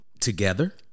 together